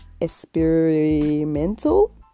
experimental